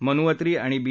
मनुअत्री आणि बी